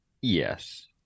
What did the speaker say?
yes